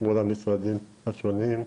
מול המשרדים השונים.